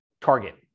target